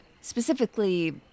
Specifically